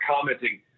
commenting